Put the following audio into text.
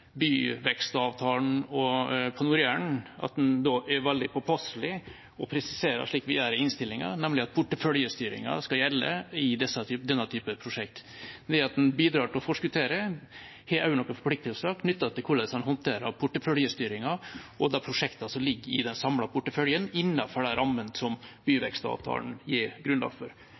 er veldig påpasselig med å presisere, slik vi gjør i innstillingen, at porteføljestyringen skal gjelde. Det at en bidrar til å forskuttere, gir også noen forpliktelser knyttet til hvordan en håndterer porteføljestyringen og de prosjekter som ligger i den samlede porteføljen innenfor de rammene byvekstavtalen gir grunnlag for.